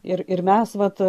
ir ir mes vat